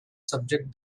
subjects